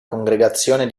congregazione